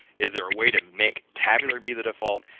is there a way to make tabular be the default.